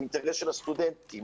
הוא אינטרס של הסטודנטים,